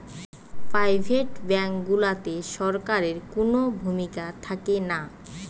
private bank গুলাতে সরকারের কুনো ভূমিকা থাকেনা